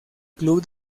club